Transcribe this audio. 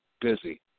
busy